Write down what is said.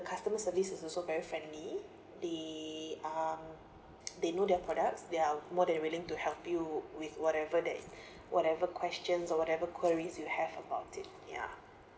the customer service is also very friendly they uh they know their products they are more than willing to help you with whatever that whatever questions or whatever queries you have about it ya